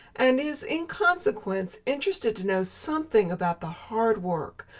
and is, in consequence, interested to know something about the hard work,